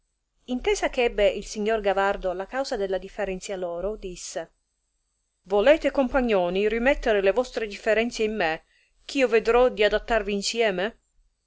intesa eh ebbe il signor gavardo la causa della differenzia loro disse volete compagnoni rimettere le vostre differenzie in me eh io vedrò di adattarvi insieme